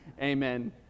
Amen